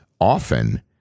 often